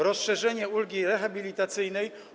Rozszerzenie ulgi rehabilitacyjnej.